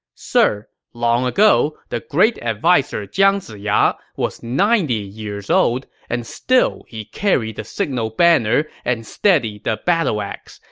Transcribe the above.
sir, long ago, the great adviser jiang ziya was ninety years old and still he carried the signal banner and steadied the battle axe.